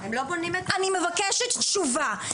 אני מבקשת תשובה,